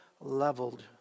leveled